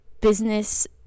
business